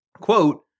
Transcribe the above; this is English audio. Quote